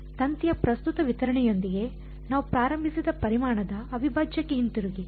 ತಂತಿಯ ಪ್ರಸ್ತುತ ವಿತರಣೆಯೊಂದಿಗೆ ನಾವು ಪ್ರಾರಂಭಿಸಿದ ಪರಿಮಾಣದ ಅವಿಭಾಜ್ಯಕ್ಕೆ ಹಿಂತಿರುಗಿ